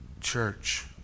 Church